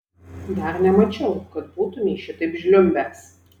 dar nemačiau kad būtumei šitaip žliumbęs